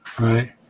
Right